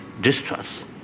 distrust